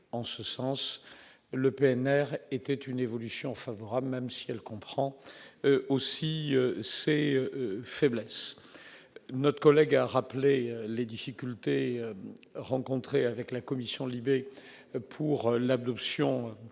En ce sens, le PNR représente une avancée favorable, même si elle comprend aussi ses faiblesses. Notre collègue a rappelé les difficultés rencontrées avec la commission des libertés